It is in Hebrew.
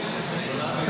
בסדר.